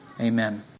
amen